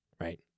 right